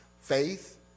faith